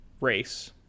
race